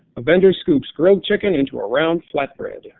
a vendor scoops grilled chicken in to a round flat bread. yeah